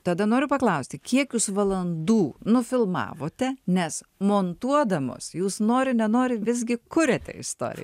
tada noriu paklausti kiek jūs valandų nufilmavote nes montuodamos jūs nori nenori visgi kuriate istoriją